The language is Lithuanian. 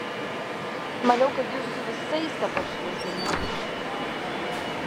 maniau kad jūs su visais dabar švęsdami ūšite